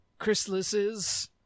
chrysalises